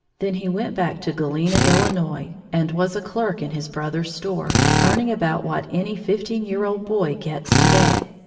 then he went back to galena, illinois, and was a clerk in his brother's store, earning about what any fifteen-year-old boy gets to-day.